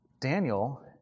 Daniel